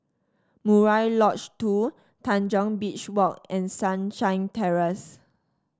Murai Lodge Two Tanjong Beach Walk and Sunshine Terrace